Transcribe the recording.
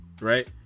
right